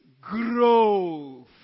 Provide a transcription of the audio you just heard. growth